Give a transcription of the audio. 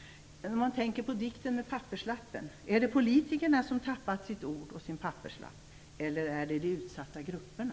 Om man tänker på dikten om papperslappen kan man fråga sig: Är det politikerna som har tappat sitt ord och sin papperslapp, eller är det de utsatta grupperna?